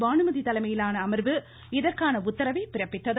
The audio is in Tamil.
பானுமதி தலைமையிலான அமர்வு இதற்கான உத்தரவை பிறப்பித்தது